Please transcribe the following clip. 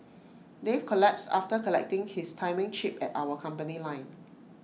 Dave collapsed after collecting his timing chip at our company line